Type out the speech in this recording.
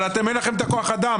אבל אין לכם כוח אדם